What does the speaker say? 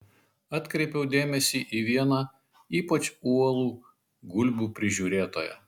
atkreipiau dėmesį į vieną ypač uolų gulbių prižiūrėtoją